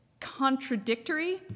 contradictory